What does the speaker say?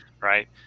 right